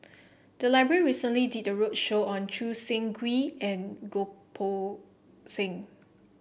the library recently did a roadshow on Choo Seng Quee and Goh Poh Seng